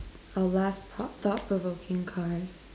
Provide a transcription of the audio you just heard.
our last tho~ thought provoking card